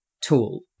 tool